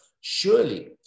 Surely